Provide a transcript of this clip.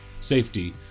safety